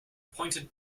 pointed